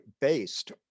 based